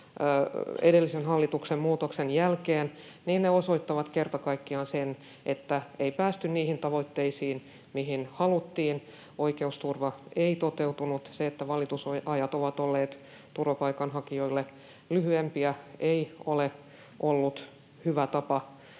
edellisen hallituksen muutoksen jälkeen, osoittavat kerta kaikkiaan sen, että ei päästy niihin tavoitteisiin, mihin haluttiin, oikeusturva ei toteutunut. Se, että valitusajat ovat olleet turvapaikanhakijoille lyhyempiä, ei ole ollut hyvä tapa edetä.